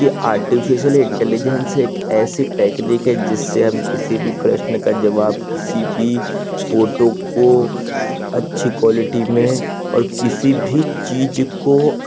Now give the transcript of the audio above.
की artificial intelligence एक ऐसी टेक्निक है जिससे हम किसी भी प्रश्न का जवाब किसी भी फोटो को अच्छी क्वालिटी में और किसी भी चीज को